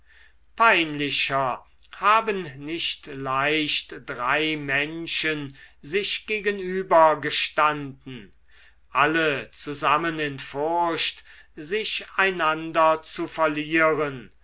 peinlicher haben nicht leicht drei menschen sich gegenübergestanden alle zusammen in furcht sich einander zu verlieren